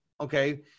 okay